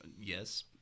Yes